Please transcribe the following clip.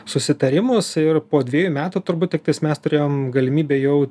susitarimus ir po dvejų metų turbūt tiktai mes turėjom galimybę jau